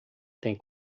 tem